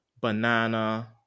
banana